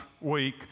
week